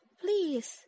please